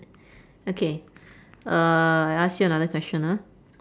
okay uh I ask you another question ah